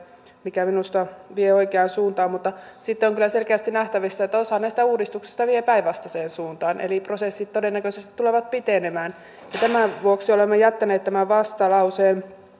mikä minusta vie oikeaan suuntaan mutta sitten on kyllä selkeästi nähtävissä että osa näistä uudistuksista vie päinvastaiseen suuntaan eli prosessit todennäköisesti tulevat pitenemään ja tämän vuoksi olemme jättäneet tämän vastalauseen